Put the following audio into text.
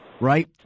right